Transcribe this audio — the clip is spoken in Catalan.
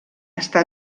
està